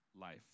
life